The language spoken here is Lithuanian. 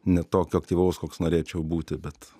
ne tokio aktyvaus koks norėčiau būti bet